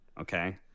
Okay